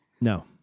No